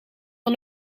van